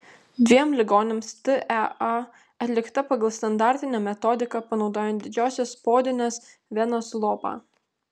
dviem ligoniams tea atlikta pagal standartinę metodiką panaudojant didžiosios poodinės venos lopą